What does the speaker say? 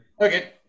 Okay